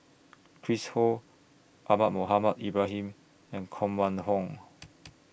Chris Ho Ahmad Mohamed Ibrahim and Koh Mun Hong